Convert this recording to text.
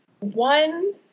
One